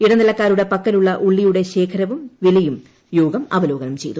ഇടന്റിലൂക്കാരുടെ പക്കലുള്ള ഉള്ളിയുടെ ശേഖരവും വിലയും യോഗ്രം അവലോകനം ചെയ്തു